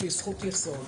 שהיא זכות יסוד,